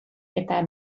eta